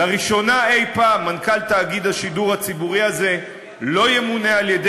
לראשונה אי-פעם מנכ"ל תאגיד השידור הציבורי הזה לא ימונה על-ידי